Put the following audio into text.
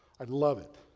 i'd love it,